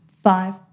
five